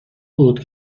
بود